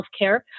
healthcare